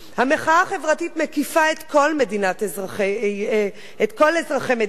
המחאה החברתית מקיפה את כל אזרחי מדינת ישראל.